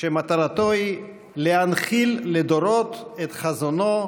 שמטרתו היא להנחיל לדורות את חזונו,